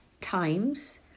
times